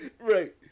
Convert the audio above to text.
Right